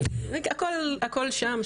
הכל שם,